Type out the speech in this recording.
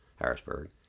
Harrisburg